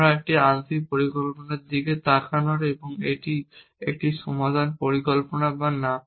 আমরা একটি আংশিক পরিকল্পনার দিকে তাকানোর এবং এটি একটি সমাধান পরিকল্পনা বা না